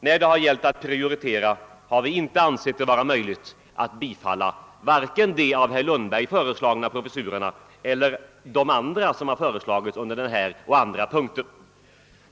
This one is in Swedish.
När det har gällt att prioritera har vi inte ansett det vara möjligt att tillstyrka vare sig de av herr Lundberg föreslagna professurerna eller de andra professurer som föreslagits under denna och andra punkter.